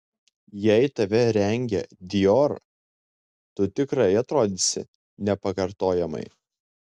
jei tave rengia dior tu tikrai atrodysi nepakartojamai